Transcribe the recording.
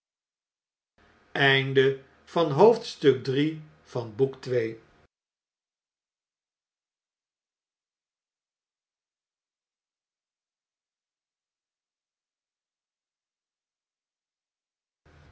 van het dierbare boek